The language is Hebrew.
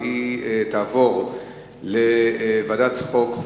והיא תעבור לוועדת חוקה,